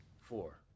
Four